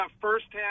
firsthand –